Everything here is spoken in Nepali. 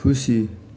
खुसी